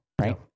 right